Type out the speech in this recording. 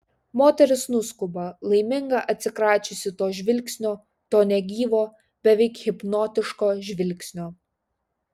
moteris nuskuba laiminga atsikračiusi to žvilgsnio to negyvo beveik hipnotiško žvilgsnio